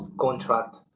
contract